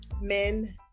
men